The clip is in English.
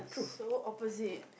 so opposite